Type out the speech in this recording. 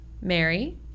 Mary